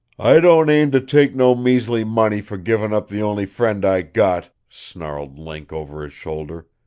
i don't aim to take no measly money fer givin' up the only friend i got! snarled link over his shoulder.